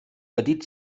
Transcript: petit